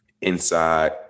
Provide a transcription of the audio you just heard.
inside